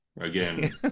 again